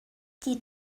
die